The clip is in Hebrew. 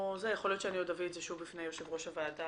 יכול להיות שאני עוד אביא את זה שוב בפני יושב ראש הוועדה,